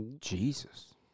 Jesus